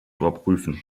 überprüfen